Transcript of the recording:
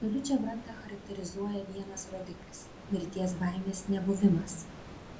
absoliučią brandą charakterizuoja vienas rodiklis mirties baimės nebuvimas